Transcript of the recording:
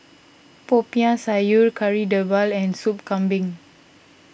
Popiah Sayur Kari Dewilia and Soup Kambing